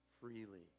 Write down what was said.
freely